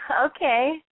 Okay